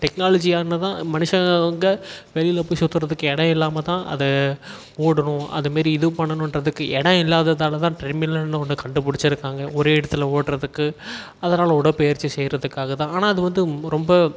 டெக்னாலஜியாக இருந்தால்தான் மனுஷங்க வெளியில போய் சுற்றுறதுக்கு இடம் இல்லாமல்தான் அதை ஓடணும் அதுமாதிரி இது பண்ணணுன்றதுக்கு இடம் இல்லாததாலேதான் ட்ரெட்மில்னு ஒன்று கண்டுபிடுச்சிருக்காங்க ஒரே இடத்தில் ஓடுறதுக்கு அதனாலே உடற்பயிற்சி செய்யுறதுக்காகதான் ஆனால் அது வந்து ரொம்ப